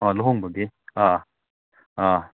ꯑꯥ ꯂꯨꯍꯣꯡꯕꯒꯤ ꯑꯥ ꯑꯥ